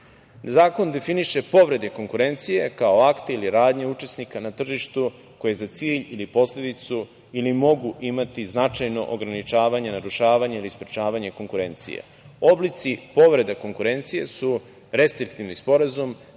EU.Zakon definiše povrede konkurencije, kao akte ili radnje učesnika na tržištu koji za cilj ili posledicu ili mogu imati značajno ograničavanje, narušavanje ili sprečavanje konkurencije. Oblici povreda konkurencije su restriktivni sporazum